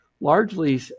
largely